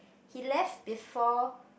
he left before